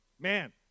Man